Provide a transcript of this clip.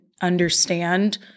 understand